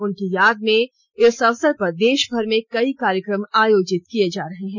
उनकी याद में इस अवसर पर देशभर में आज कई कार्यक्रम आयोजित किए जा रहे हैं